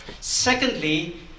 Secondly